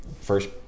first